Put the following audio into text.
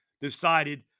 decided